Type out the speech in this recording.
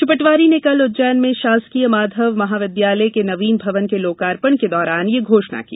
श्री पटवारी ने कल उज्जैन में शासकीय माधव महाविद्यालय के नवीन भवन के लोकार्पण के दौरान यह घोषणा की